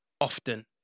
often